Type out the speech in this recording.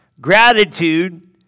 Gratitude